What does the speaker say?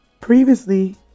previously